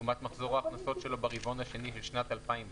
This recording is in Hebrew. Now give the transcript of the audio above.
לעומת מחזור ההכנסות שלו ברבעון השני של שנת 2019,